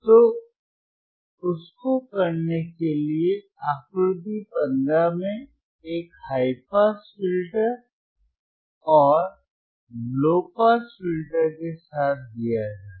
तो उस को करने के लिए आकृति 15 में एक हाई पास फिल्टर और लो पास फिल्टर के साथ दिया जाता है